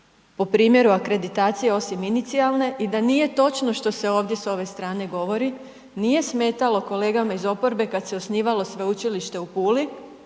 po primjeru akreditacije, osim inicijalne i da nije točno što se ovdje s ove strane govori, nije smetalo kolegama iz oporbe kad se osnivalo Sveučilište u Puli,